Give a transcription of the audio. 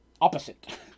Opposite